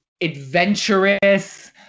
adventurous